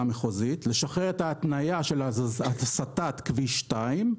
המחוזית לשחרר את ההתניה של הסטת כביש 2,